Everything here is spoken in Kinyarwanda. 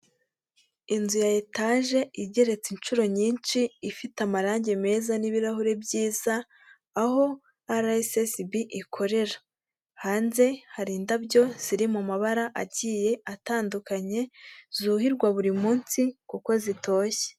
Inzu ya etaje igeretse inshuro nyinshi ifite amarangi meza n'ibirahuri byiza, aho ara esi esi bi ikorera hanze hari indabyo ziri mu mabara agiye atandukanye, zuhirwa buri munsi kuko zitoshye.